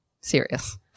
Serious